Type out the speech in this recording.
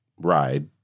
ride